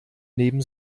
neben